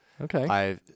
Okay